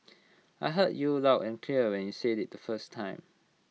I heard you aloud and clear when you said IT the first time